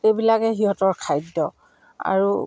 এইবিলাকে সিহঁতৰ খাদ্য আৰু